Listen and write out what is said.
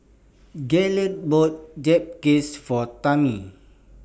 Gaylen bought Japchae For Tammy